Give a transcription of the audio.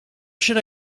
should